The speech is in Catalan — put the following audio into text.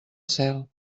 cel